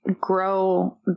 grow